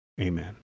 Amen